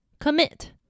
commit